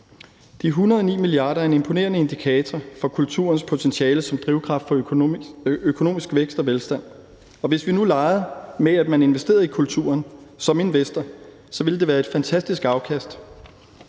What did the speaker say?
De 109 mia. kr. er en imponerende indikator for kulturens potentiale som drivkraft for økonomisk vækst og velstand, og hvis nu vi legede, at man investerede i kulturen som investor, ville det give et fantastisk afkast.